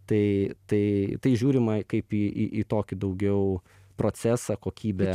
tai tai tai žiūrima kaip į į tokį daugiau procesą kokybę